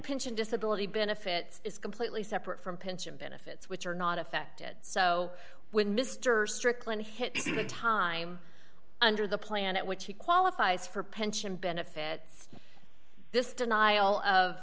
pension disability benefits is completely separate from pension benefits which are not affected so when mr stricklin hit the time under the planet which he qualifies for pension benefit this denial of